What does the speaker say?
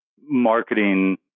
marketing